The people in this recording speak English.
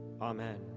Amen